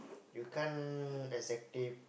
you can't exactly